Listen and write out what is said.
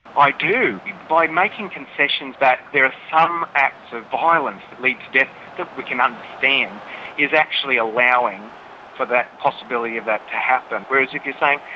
i do. by making concessions that there are some acts of violence that lead to death that we can understand is actually allowing for that possibility of that to happen. whereas if you're saying,